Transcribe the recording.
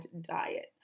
diet